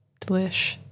Delish